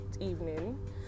evening